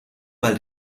mal